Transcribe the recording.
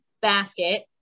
basket